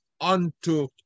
unto